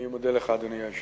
אני מודה לך, אדוני היושב-ראש.